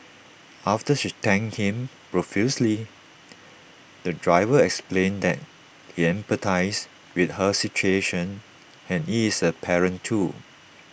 after she thanked him profusely the driver explained that he empathised with her situation and he is A parent too